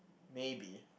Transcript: maybe